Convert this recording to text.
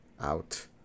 out